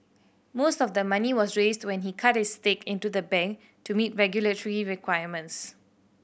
most of the money was raised when he cut his stake into the bank to meet regulatory requirements